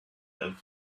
have